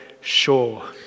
sure